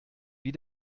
wie